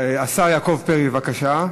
השר יעקב פרי, בבקשה,